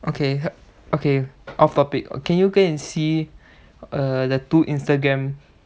okay okay off topic can you go and see err the two instagram